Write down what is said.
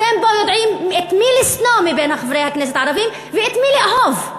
אתם כבר יודעים את מי לשנוא מבין חברי הכנסת הערבים ואת מי לאהוב,